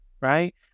right